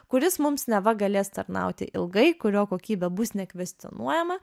kuris mums neva galės tarnauti ilgai kurio kokybė bus nekvestionuojama